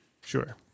Sure